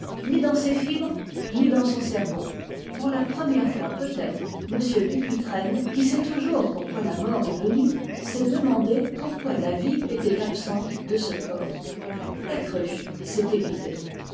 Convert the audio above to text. ni dans ses fibres ni dans son cerveau pour la première fois peut-être m dupuytren qui sait toujours pourquoi la mort est venue s'est demandé pourquoi la vie était absente de ce corps la cruche s'était vidée